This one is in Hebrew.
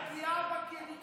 זו גם פגיעה בגינקולוגים.